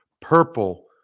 Purple